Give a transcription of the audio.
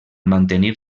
mantenir